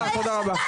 השר תודה רבה.